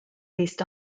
based